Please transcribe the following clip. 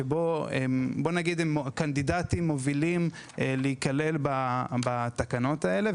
שבו הם מהווים קנדידטים מובילים להיכלל בתקנות האלה,